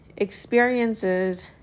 experiences